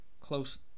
close